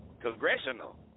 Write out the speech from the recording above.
Congressional